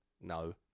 No